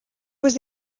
was